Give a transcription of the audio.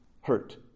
hurt